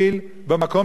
בוא נאמר את האמת,